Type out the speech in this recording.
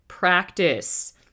practice